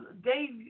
Dave